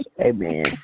Amen